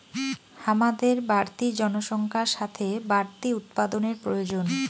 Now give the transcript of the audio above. হামাদের বাড়তি জনসংখ্যার সাথে বাড়তি উৎপাদানের প্রয়োজন